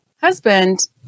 husband